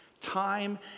time